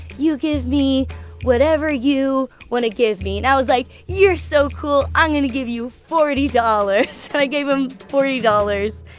you give me whatever you want to give me. and i was like, you're so cool. i'm going to give you forty dollars. and i gave him forty dollars.